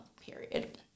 period